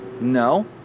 no